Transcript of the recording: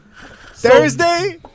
Thursday